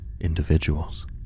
individuals